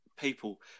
People